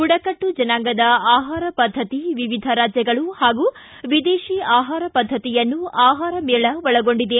ಬುಡಕಟ್ಟು ಜನಾಂಗದ ಆಪಾರ ಪದ್ದತಿ ವಿವಿಧ ರಾಜ್ಯಗಳು ಹಾಗೂ ವಿದೇಶಿ ಆಹಾರ ಪದ್ಧತಿಯನ್ನ ಆಹಾರ ಮೇಳ ಒಳಗೊಂಡಿದೆ